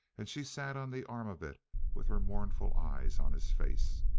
and she sat on the arm of it with her mournful eyes on his face.